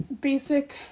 basic